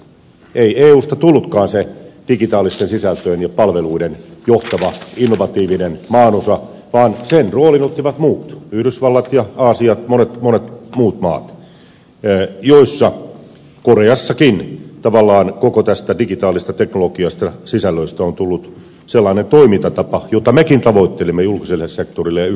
ei eusta tullutkaan se digitaalisten sisältöjen ja palveluiden johtava innovatiivinen maanosa vaan sen roolin ottivat muut yhdysvallat ja aasia ja monet monet muut maat joissa koreassakin tavallaan koko näistä digitaalisen teknologian sisällöistä on tullut sellainen toimintatapa jota mekin tavoittelimme julkiselle ja yksityiselle sektorille